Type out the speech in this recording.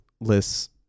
lists